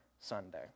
Sunday